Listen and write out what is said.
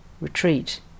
retreat